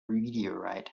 meteorite